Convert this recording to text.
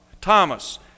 Thomas